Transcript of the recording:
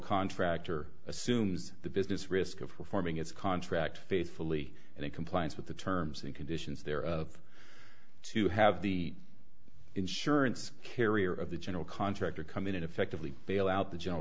contractor assumes the business risk of performing its contract faithfully and in compliance with the terms and conditions there of to have the insurance carrier of the general contractor come in and effectively bail out the general